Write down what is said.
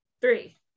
Three